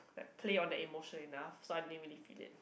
play on the emotion enough so I didn't really feel it